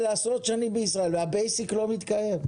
לעשות שנים בישראל והבייסיק לא מתקיים.